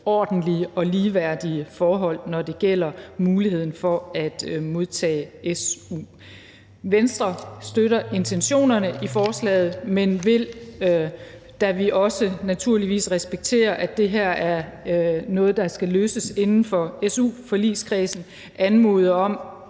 ordentlige og ligeværdige forhold, når det gælder muligheden for at modtage su. Venstre støtter intentionerne i forslaget, men vil, da vi naturligvis også respekterer, at det her er noget, der skal løses inden for su-forligskredsen, anmode om